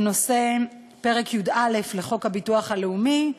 בנושא פרק י"א לחוק הביטוח הלאומי ,